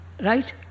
Right